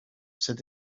said